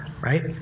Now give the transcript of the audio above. right